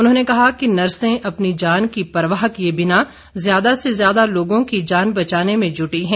उन्होंने कहा कि नर्से अपनी जान की परवाह किए बिना ज्यादा से ज्यादा लोगों की जान बचाने में जुटी हैं